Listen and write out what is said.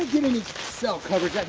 cell coverage